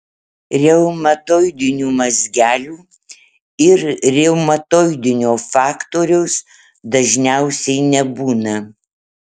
reumatoidinių mazgelių ir reumatoidinio faktoriaus dažniausiai nebūna